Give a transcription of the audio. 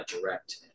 Direct